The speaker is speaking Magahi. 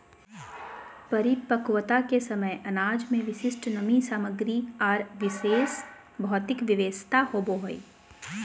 परिपक्वता के समय अनाज में विशिष्ट नमी सामग्री आर विशेष भौतिक विशेषता होबो हइ